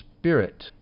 spirit